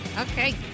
okay